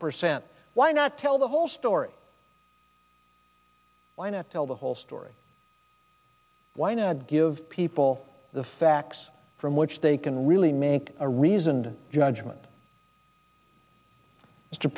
percent why not tell the whole story why not tell the whole story why not give people the facts from which they can really make a reasoned judgment mr